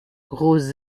rose